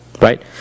right